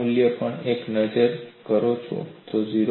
આ મૂલ્ય પર એક નજર કરો તેને 0